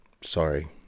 Sorry